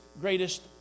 greatest